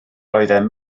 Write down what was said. oeddem